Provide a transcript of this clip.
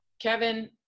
Kevin